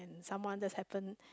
someone just happen